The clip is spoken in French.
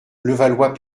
levallois